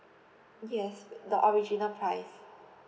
yes the original price